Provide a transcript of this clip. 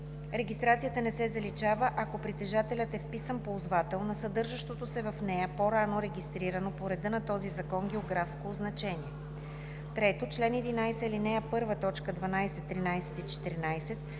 регистрацията не се заличава, ако притежателят е вписан ползвател на съдържащото се в нея по-рано регистрирано по реда на този закон географско означение; 3. чл. 11, ал. 1, т. 12, 13